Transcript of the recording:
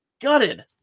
gutted